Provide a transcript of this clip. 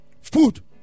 food